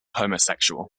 homosexual